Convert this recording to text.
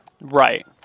Right